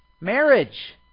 Marriage